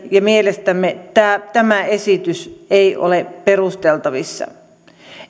ja mielestämme tämä tämä esitys ei ole perusteltavissa